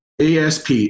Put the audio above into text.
ASP